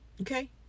okay